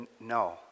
no